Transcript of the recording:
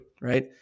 right